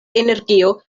energio